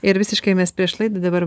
ir visiškai mes prieš laidą dabar